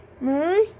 Mary